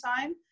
time